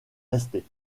resté